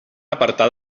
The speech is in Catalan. apartar